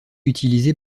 utilisé